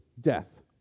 death